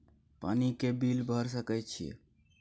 पानी के बिल भर सके छियै?